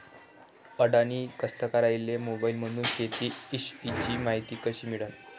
अडानी कास्तकाराइले मोबाईलमंदून शेती इषयीची मायती कशी मिळन?